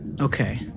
Okay